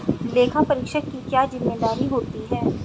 लेखापरीक्षक की क्या जिम्मेदारी होती है?